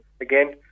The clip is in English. Again